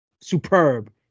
superb